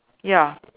ya